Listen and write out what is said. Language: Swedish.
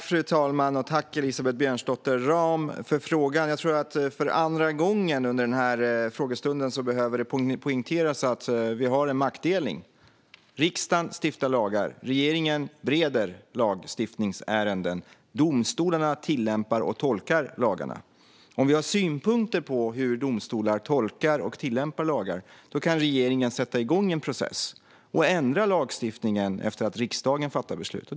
Fru talman! Tack, Elisabeth Björnsdotter Rahm, för frågan! Jag tror att det för andra gången under den här frågestunden behöver poängteras att vi har en maktdelning. Riksdagen stiftar lagar. Regeringen bereder lagstiftningsärenden. Domstolarna tillämpar och tolkar lagarna. Om vi har synpunkter på hur domstolar tolkar och tillämpar lagar kan regeringen sätta igång en process och ändra lagstiftningen efter att riksdagen fattar beslut om det.